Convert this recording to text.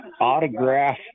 autograph